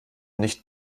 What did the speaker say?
nicht